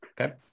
Okay